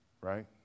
Right